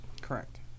Correct